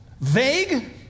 vague